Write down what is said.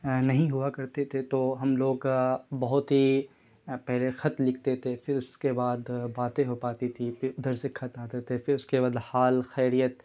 نہیں ہوا کرتے تھے تو ہم لوگ بہت ہی پہلے خط لکھتے تھے پھر اس کے بعد باتیں ہو پاتی تھی پھر ادھر سے خط آتے تھے پھر اس کے بدلے حال خیریت